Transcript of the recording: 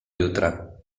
jutra